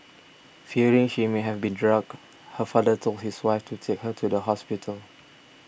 fearing she may have been drugged her father told his wife to take her to the hospital